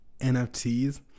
NFTs